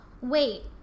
wait